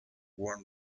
warn